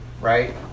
right